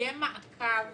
שיהיה מעקב